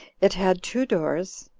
it had two doors,